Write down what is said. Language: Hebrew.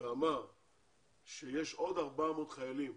ואמר שיש עוד 400 חיילים